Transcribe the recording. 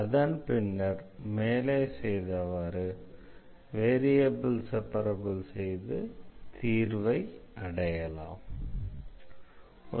அதன் பின்னர் மேலே செய்தவாறு வேரியபிள் செப்பரப்பிள் செய்து தீர்வை அடையலாம்